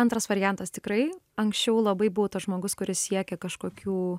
antras variantas tikrai anksčiau labai buvau tas žmogus kuris siekė kažkokių